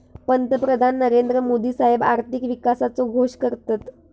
पंतप्रधान नरेंद्र मोदी साहेब आर्थिक विकासाचो घोष करतत